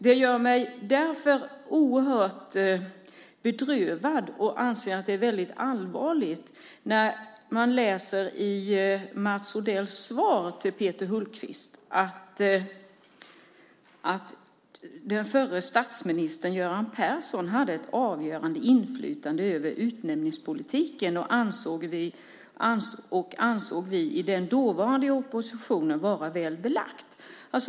Det gör mig därför oerhört bedrövad, och jag anser att det är väldigt allvarligt, när jag hör Mats Odells svar till Peter Hultqvist: "Att förre statsministern Göran Persson hade ett avgörande inflytande över utnämningsmakten ansåg vi i den dåvarande oppositionen vara väl belagt."